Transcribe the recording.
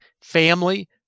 family